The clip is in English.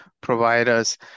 providers